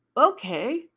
Okay